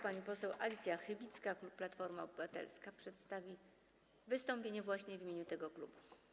Pani poseł Alicja Chybicka, klub Platforma Obywatelska, przedstawi wystąpienie właśnie w imieniu tego klubu.